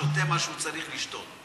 שותה מה שהוא צריך לשתות,